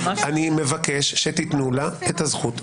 אני מבקש שתתנו לה את הזכות לדבר.